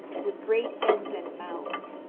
with great heads and mouths,